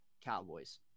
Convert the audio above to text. Cowboys